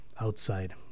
outside